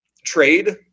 trade